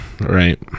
right